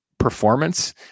performance